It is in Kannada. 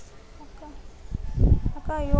ಅಕ್ಕ ಅಕ್ಕ ಅಯ್ಯೋ